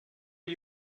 are